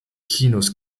kinos